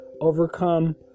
Overcome